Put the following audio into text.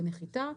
בנחיתה,